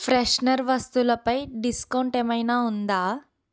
freshener వస్తువులపై discount ఏమైనా ఉందా